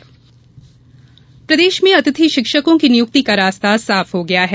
अतिथि शिक्षक प्रदेश में अतिथि शिक्षकों की नियुक्ति का रास्ता साफ हो गया है